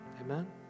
Amen